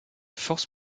force